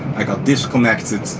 i got disconnected,